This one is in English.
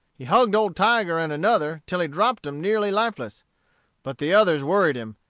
he hugged old tiger and another, till he dropped em nearly lifeless but the others worried him,